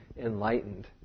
enlightened